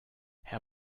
herr